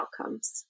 outcomes